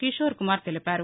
కిశోర్ కుమార్ తెలిపారు